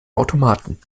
automaten